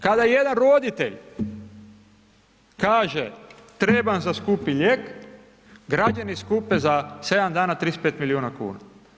Kada jedan roditelj kaže, trebam za skupi lijek, građani skupe za 7 dana 35 milijuna kuna.